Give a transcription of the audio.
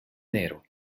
nero